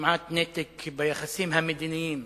וכמעט נתק ביחסים המדיניים